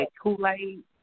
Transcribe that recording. Kool-Aid